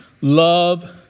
Love